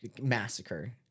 massacre